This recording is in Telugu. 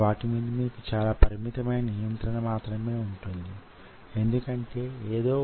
శక్తి ఆధారంగా అది యే విధమైన కండరమో మనం అంచనా వేయగలం